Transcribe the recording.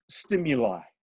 stimuli